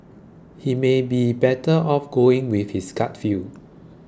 he may have been better off going with his gut feel